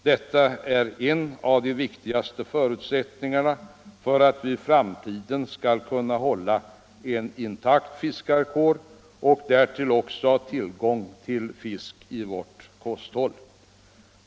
Detta är en av de viktigaste förutsättningarna för att vi i framtiden skall kunna hålla en intakt fiskarkår och därtill också ha tillgång till fisk i vårt kosthåll.